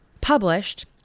published